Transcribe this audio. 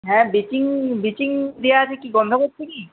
হ্যাঁ bleaching bleaching দেওয়া আছে কি গন্ধ করছে কি